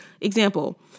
example